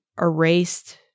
erased